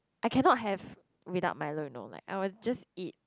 I cannot have without milo you know I will just eat